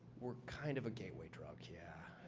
we're kind of a gateway dropug, yeah.